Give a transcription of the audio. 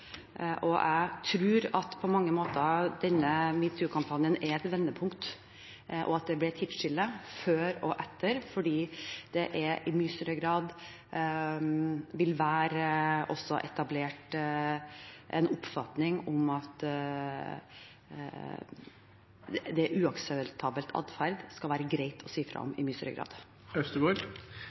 Jeg tror at på mange måter er denne #metoo-kampanjen et vendepunkt, og at det blir et tidsskille før og etter, fordi det i mye større grad vil være etablert en oppfatning om at uakseptabel atferd skal det være greit å si fra om i mye større